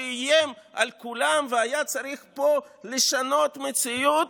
שאיים על כולם והיה צריך פה לשנות מציאות,